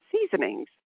seasonings